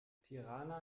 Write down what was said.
tirana